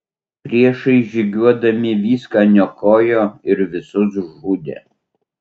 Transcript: priešai žygiuodami viską niokojo ir visus žudė